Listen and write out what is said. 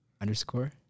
underscore